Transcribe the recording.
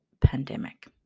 pandemic